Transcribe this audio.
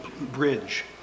bridge